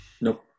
Nope